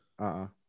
-uh